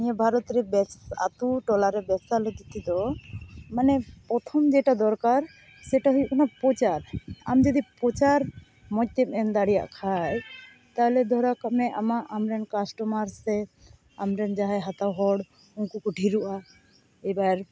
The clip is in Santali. ᱱᱤᱭᱟᱹ ᱵᱷᱟᱨᱚᱛᱨᱮ ᱟᱹᱛᱩ ᱴᱚᱞᱟᱨᱮ ᱵᱮᱵᱽᱥᱟ ᱞᱟᱹᱜᱤᱫᱛᱮ ᱫᱚ ᱢᱟᱱᱮ ᱯᱚᱛᱷᱚᱢ ᱡᱮᱴᱟ ᱫᱚᱨᱠᱟᱨ ᱥᱮᱴᱟ ᱦᱩᱭᱩᱜ ᱠᱟᱱᱟ ᱯᱨᱚᱪᱟᱨ ᱟᱢ ᱡᱩᱫᱤ ᱯᱨᱚᱪᱟᱨ ᱢᱚᱡᱽᱛᱮᱢ ᱮᱢ ᱫᱟᱲᱮᱭᱟᱜ ᱠᱷᱟᱱ ᱛᱟᱦᱚᱞᱮ ᱫᱷᱚᱨᱟᱣ ᱠᱟᱜᱢᱮ ᱟᱢᱟᱜ ᱟᱢᱨᱮᱱ ᱠᱟᱥᱴᱚᱢᱟᱨ ᱟᱢᱨᱮᱱ ᱡᱟᱦᱟᱸᱭ ᱦᱟᱛᱟᱣ ᱦᱚᱲ ᱩᱱᱠᱩ ᱠᱚ ᱰᱷᱮᱨᱚᱜᱼᱟ ᱮᱵᱟᱨ